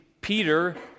Peter